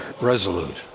resolute